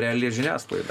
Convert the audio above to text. reali žiniasklaida